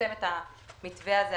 ניישם את המתווה הזה.